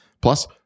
Plus